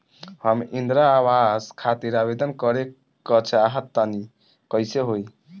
हम इंद्रा आवास खातिर आवेदन करे क चाहऽ तनि कइसे होई?